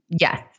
Yes